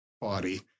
body